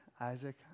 Isaac